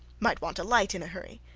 might want a light in a hurry.